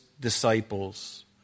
disciples